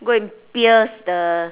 go and pierce the